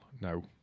No